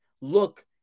look